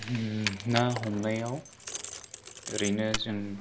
ना हमनायाव एरैनो जों